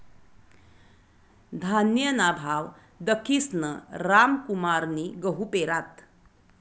धान्यना भाव दखीसन रामकुमारनी गहू पेरात